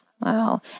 Wow